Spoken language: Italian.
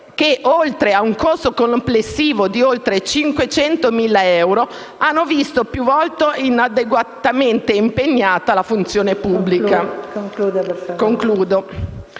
che, oltre ad un costo complessivo di oltre 500.000 euro, hanno visto più volte inadeguatamente impegnata la funzione pubblica. Questo